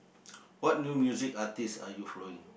what new music artist are you following